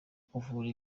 kuvura